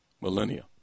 millennia